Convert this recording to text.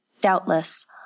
Doubtless